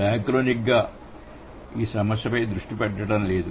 డయాక్రోనిక్గా ఈ సమస్యపై దృష్టి పెట్టడం లేదు